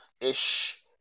ish